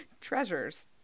treasures